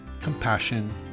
compassion